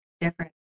different